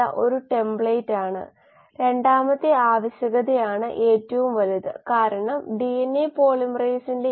സമയ സ്കെയിലുമായി താരതമ്യപ്പെടുത്തുമ്പോൾ വളരെ വേഗതയേറിയ പ്രക്രിയകൾ സ്ഥിരമായ അവസ്ഥയിലാണെന്ന് അനുമാനിക്കാം ഇതിനെ സ്യൂഡോ സ്റ്റെഡി സ്റ്റേറ്റ് അപ്പ്രോക്സിമേഷൻ വിളിക്കുന്നു